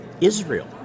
Israel